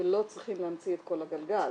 ולא צריכים להמציא את כל הגלגל.